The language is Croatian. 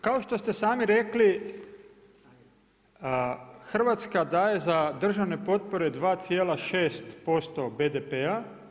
Kao što ste sami rekli Hrvatska daje za državne potpore 2,6% BDP-a.